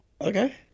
Okay